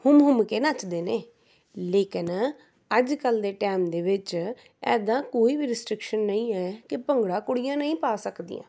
ਹੁੰਮ ਹੁੰਮ ਕੇ ਨੱਚਦੇ ਨੇ ਲੇਕਿਨ ਅੱਜ ਕੱਲ ਦੇ ਟਾਇਮ ਦੇ ਵਿੱਚ ਇੱਦਾਂ ਕੋਈ ਵੀ ਰਿਸਟ੍ਰਿਕਸ਼ਨ ਨਹੀਂ ਹੈ ਕਿ ਭੰਗੜਾ ਕੁੜੀਆਂ ਨਹੀਂ ਪਾ ਸਕਦੀਆਂ